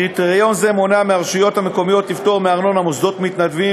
קריטריון זה מונע מרשויות מקומיות לפטור מארנונה מוסדות מתנדבים